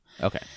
Okay